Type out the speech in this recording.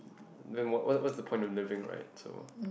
then what what's the point of living right so